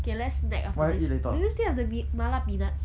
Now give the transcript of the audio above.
okay let's snack after this do you still have the m~ mala peanuts